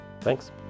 Thanks